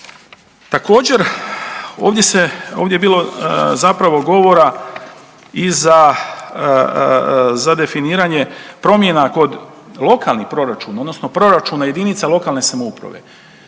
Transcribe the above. Također, ovdje je bilo zapravo govora i za definiranje promjena kod lokalnih proračuna odnosno proračuna jedinica lokalne samouprave.